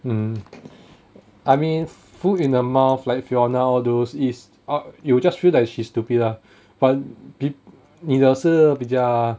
mm I mean foot in the mouth like fiona all those is uh you will just feel like she's stupid lah but b~ 你的是比较